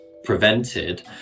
prevented